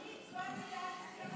אני הצבעתי בעד הסכם השלום.